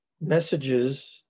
messages